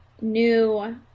new